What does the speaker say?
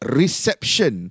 reception